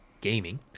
gaming